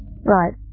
Right